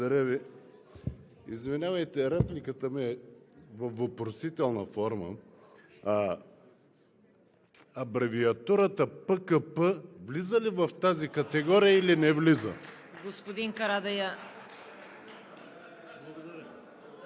Благодаря Ви. Извинявайте, репликата ми е във въпросителна форма. Абревиатурата ПКП влиза в тази категория или не влиза? (Смях